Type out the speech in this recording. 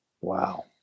wow